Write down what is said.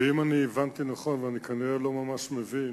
ואם הבנתי נכון, וכנראה אני לא ממש מבין,